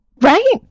right